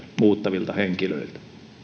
muuttavilta henkilöiltä